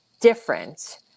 different